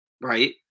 right